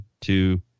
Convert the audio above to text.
two